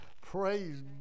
praise